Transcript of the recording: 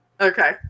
Okay